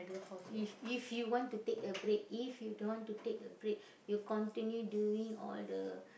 if if you want to take a break if you don't want to take a break you continue doing all the